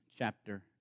Chapter